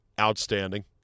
Outstanding